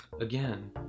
again